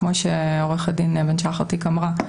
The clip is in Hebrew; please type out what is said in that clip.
כמו שעו"ד בן שחר תיק אמרה,